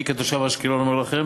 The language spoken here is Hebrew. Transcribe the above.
אני, כתושב אשקלון, אומר לכם